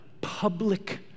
public